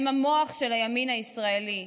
הם המוח של הימין הישראלי,